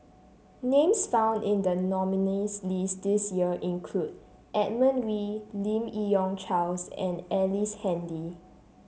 names found in the nominees' list this year include Edmund Wee Lim Yi Yong Charles and Ellice Handy